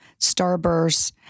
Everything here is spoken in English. starbursts